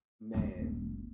Man